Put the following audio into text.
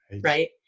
right